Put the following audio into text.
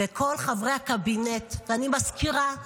ואל כל חברי הקבינט, ואני מזכירה -- תודה.